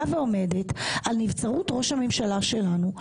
לא, לכל ראשי הממשלה שיבואו אחר כך.